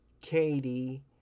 Katie